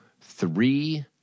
three